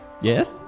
Yes